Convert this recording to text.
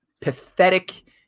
pathetic